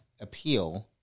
appeal